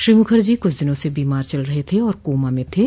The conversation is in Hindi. श्री मुखर्जी कुछ दिनों से बीमार चल रहे थे और वह कोमा में थे